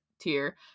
tier